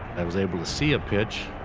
i was able to see a pitch,